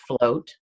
float